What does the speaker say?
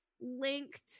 linked